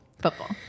football